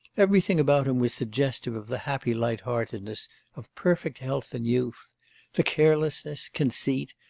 everything about him was suggestive of the happy light-heartedness of perfect health and youth the carelessness, conceit,